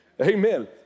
Amen